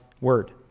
word